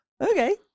Okay